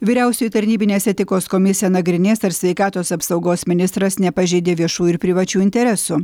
vyriausioji tarnybinės etikos komisija nagrinės ar sveikatos apsaugos ministras nepažeidė viešų ir privačių interesų